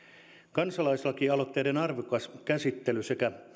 kansalaislakialoitteiden arvokas käsittely sekä